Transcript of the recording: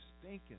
stinking